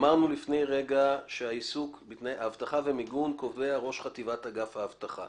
אמרנו לפני רגע שאבטחה ומיגון קובע ראש חטיבת האבטחה.